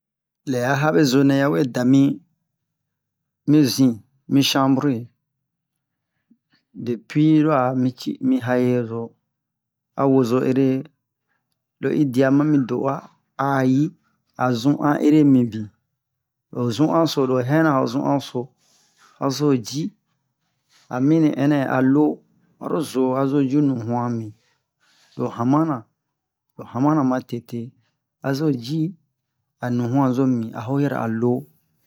lɛ ya abezo nɛ we da mi zui mi cabrui depui lo mi aeroso a wozo ere lo i dia ma mi doua a yi a zuan ere mi bin lo zuan-so lo hɛna ho zuan-so a zo ji a mini ɛnɛ a lo aro zo azo yu nu-human mi lo hamana lo hamana matete azo ji a nu-humana ho yɛrɛ a lo